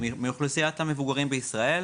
מאוכלוסיית המבוגרים בישראל,